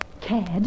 Cared